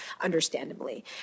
understandably